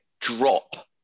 drop